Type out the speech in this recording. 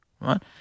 right